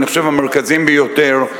אני חושב המרכזיים ביותר,